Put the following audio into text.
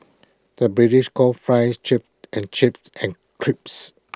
the British calls Fries Chips and chips and crisps